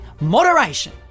moderation